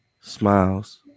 Smiles